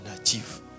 achieve